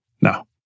No